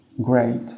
Great